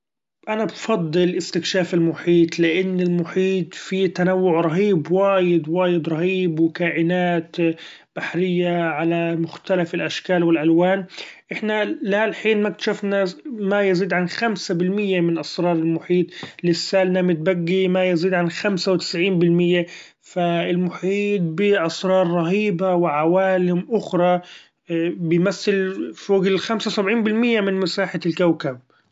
أنا بفضل إستكشاف المحيط; لإن المحيط في تنوع رهيب وايد وايد رهيب ، وكائنات بحرية على مختلف الأشكال والألوإن إحنا لها الحين مااكتشفنا ما يزيد عن خمسة بالمية من اسرار المحيط، لسالنا متبقي ما يزيد عن خمسة وتسعين بالمية ، ف المحيط بأسرار رهيبة وعوالم اخرى بيمثل فوق الخمسة وسبعين بالمية من مساحة الكوكب.